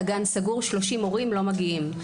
הגן סגור 30 הורים לא מגיעים.